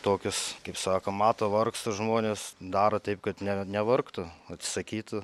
tokius kaip sako mato vargsta žmonės daro taip kad ne nevargtų atsisakytų